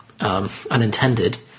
unintended